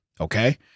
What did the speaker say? Okay